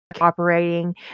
operating